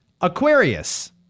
Aquarius